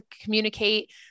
communicate